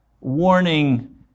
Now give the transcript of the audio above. warning